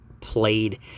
played